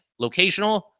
locational